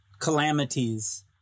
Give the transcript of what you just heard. calamities